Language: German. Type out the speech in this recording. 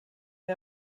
der